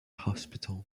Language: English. hospital